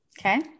Okay